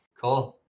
Cool